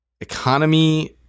economy